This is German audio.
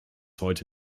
heute